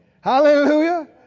Hallelujah